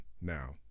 now